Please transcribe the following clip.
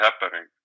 happening